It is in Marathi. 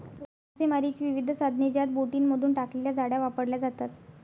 मासेमारीची विविध साधने ज्यात बोटींमधून टाकलेल्या जाळ्या वापरल्या जातात